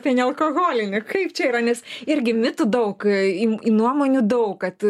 apie nealkoholinį kaip čia yra nes irgi mitų daug im nuomonių daug kad